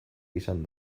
izan